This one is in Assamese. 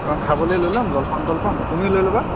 অ' খাবলৈ লৈ ল'ম জলপান তলপান তুমিও লৈ ল'বা